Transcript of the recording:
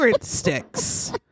sticks